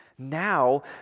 Now